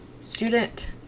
student